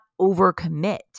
overcommit